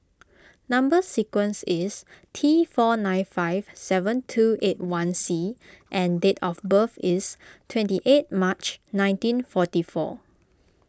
Number Sequence is T four nine five seven two eight one C and date of birth is twenty eight March nineteen forty four